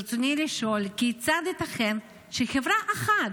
ברצוני לשאול: 1. כיצד ייתכן שחברה אחת